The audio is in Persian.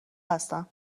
هستن